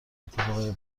اتفاقای